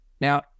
Now